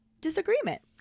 disagreement